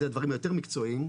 אלו הדברים היותר מקצועיים,